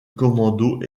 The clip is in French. commando